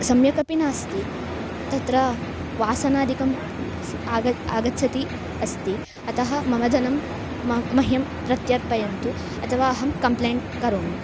सम्यक् अपि नास्ति तत्र वासनादिकम् सः आगच्छ आगच्छति अस्ति अतः मम धनं म मह्यं प्रत्यर्पयन्तु अथवा अहं कम्प्लेण्ट् करोमि